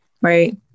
right